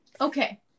Okay